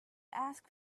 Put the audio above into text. ask